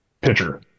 pitcher